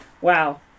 wow